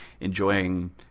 enjoying